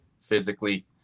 physically